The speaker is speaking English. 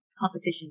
competition